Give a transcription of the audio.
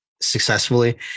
successfully